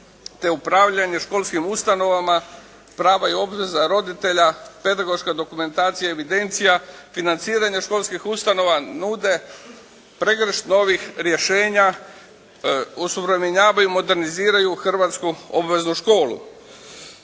te upravljanje školskim ustanovama, prava i obveze roditelja, pedagoška dokumentacija i evidencija, financiranje školskih ustanova nude pregršt novih rješenja, osuvremenjavaju i moderniziraju hrvatsku obveznu školu.